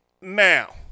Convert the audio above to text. Now